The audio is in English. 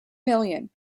million